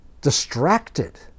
distracted